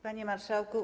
Panie Marszałku!